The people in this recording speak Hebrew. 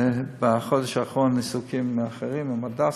בחודש האחרון היו לי עיסוקים אחרים, עם הדסה,